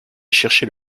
chercher